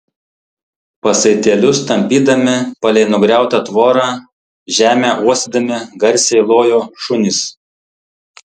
pasaitėlius tampydami palei nugriautą tvorą žemę uostydami garsiai lojo šunys